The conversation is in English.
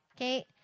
Okay